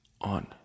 on